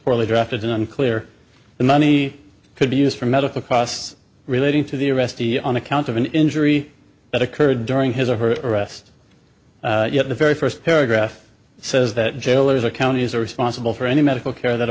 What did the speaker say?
poorly drafted and unclear the money could be used for medical costs relating to the arrestee on account of an injury that occurred during his or her arrest yet the very first paragraph says that jailers are counties are responsible for any medical care that